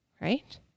Right